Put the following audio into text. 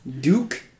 Duke